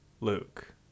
luke